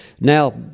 Now